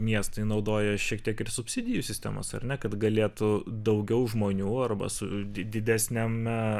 miestui naudoja šiek tiek ir subsidijų sistemas ar ne kad galėtų daugiau žmonių arba su didesniame